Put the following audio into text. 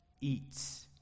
eats